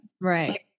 Right